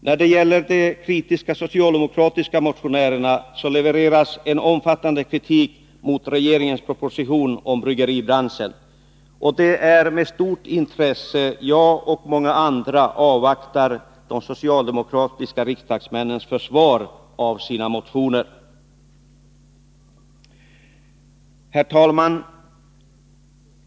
När det gäller de socialdemokratiska motionärerna kan man konstatera att de levererar en omfattande kritik mot regeringens proposition om bryggeribranschen. Det är med stort intresse jag och många andra avvaktar de socialdemokratiska riksdagsmännens försvar av sina motioner. Herr talman!